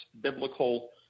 biblical